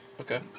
okay